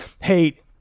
hate